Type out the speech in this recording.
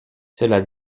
cela